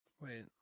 Wait